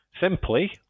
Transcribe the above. simply